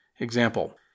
Example